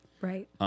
Right